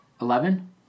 Eleven